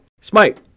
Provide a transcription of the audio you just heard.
Smite